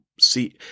See